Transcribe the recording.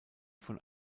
von